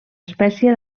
espècie